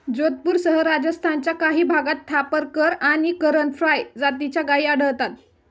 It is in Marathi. जोधपूरसह राजस्थानच्या काही भागात थापरकर आणि करण फ्राय जातीच्या गायी आढळतात